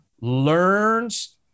learns